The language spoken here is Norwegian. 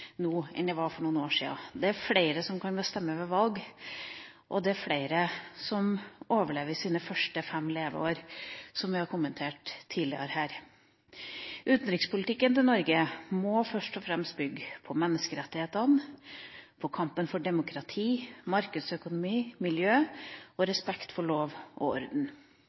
nå, enn det var for noen år siden. Det er flere som kan stemme ved valg, og det er flere som overlever sine første fem leveår, som vi har kommentert tidligere her. Utenrikspolitikken til Norge må først og fremst bygge på menneskerettighetene, på kampen for demokrati, markedsøkonomi, miljø og respekt for lov og orden.